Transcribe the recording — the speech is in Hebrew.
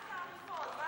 מה התעריפון?